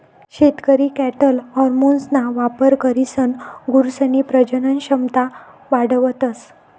शेतकरी कॅटल हार्मोन्सना वापर करीसन गुरसनी प्रजनन क्षमता वाढावतस